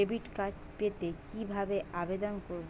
Debit card পেতে কি ভাবে আবেদন করব?